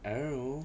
I don't know